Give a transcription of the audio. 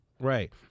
right